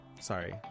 Sorry